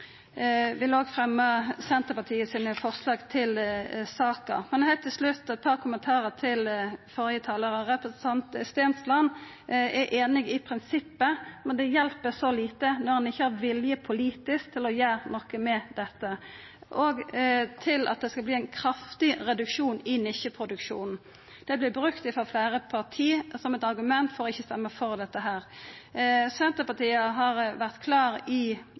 Heilt til slutt eit par kommentarar til førre talar. Representanten Stensland er einig i prinsippet, men det hjelper så lite når han ikkje har politisk vilje til å gjera noko med dette. Og til at det vil verta ein kraftig reduksjon i nisjeproduksjonen, som vert brukt frå fleire parti som eit argument for ikkje å stemma for dette: Senterpartiet har vore klar i